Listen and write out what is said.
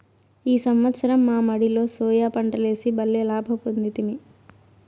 ఈ సంవత్సరం మా మడిలో సోయా పంటలేసి బల్లే లాభ పొందితిమి